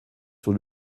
sur